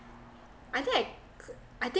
I think I I think